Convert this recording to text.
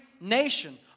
nation